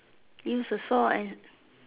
use a saw and